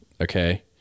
okay